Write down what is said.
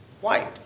white